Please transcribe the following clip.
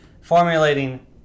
formulating